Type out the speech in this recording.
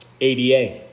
ADA